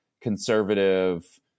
conservative